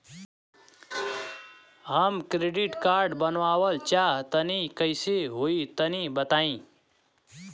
हम credit card बनवावल चाह तनि कइसे होई तनि बताई?